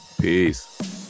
Peace